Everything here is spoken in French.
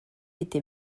était